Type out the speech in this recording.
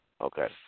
Okay